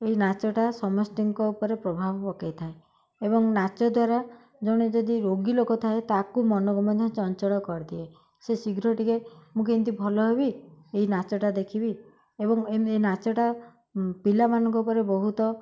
ଏହି ନାଚଟା ସମସ୍ତିଙ୍କ ଉପରେ ପ୍ରଭାବ ପକାଇ ଥାଏ ଏବଂ ନାଚ ଦ୍ୱାରା ଜଣେ ଯଦି ରୋଗୀ ଲୋକ ଥାଏ ତାକୁ ମନକୁ ମଧ୍ୟ ଚଞ୍ଚଳ କରିଦିଏ ସେ ଶୀଘ୍ର ଟିକେ ମୁଁ କେମିତି ଭଲ ହେବି ଏଇ ନାଚଟା ଦେଖିବି ଏବଂ ଏ ଏ ନାଚଟା ପିଲାମାନଙ୍କ ଉପରେ ବହୁତ